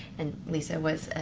and liza was,